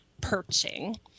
perching